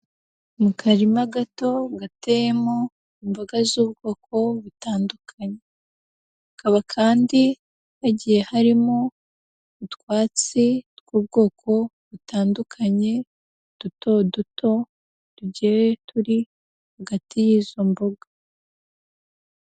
Mu karima gato gateyemo imboga z'ubwoko butandukanye, hakaba kandi hagiye harimo utwatsi tw'ubwoko butandukanye duto duto tugiye turi hagati y'izo mboga.